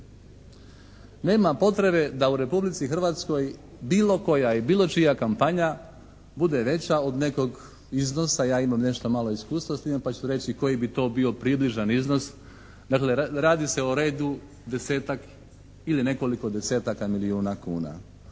Nema potrebe da u Republici Hrvatskoj bilo koja i bilo čija kampanja bude veća od nekog iznosa, ja imam nešto malo iskustva s time pa ću reći koji bi to bio približan iznos. Dakle radi se o redu desetak ili nekoliko desetaka milijuna kuna.